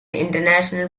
international